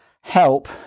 help